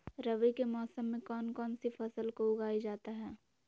रवि के मौसम में कौन कौन सी फसल को उगाई जाता है?